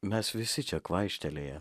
mes visi čia kvaištelėję